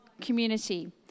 community